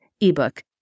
ebook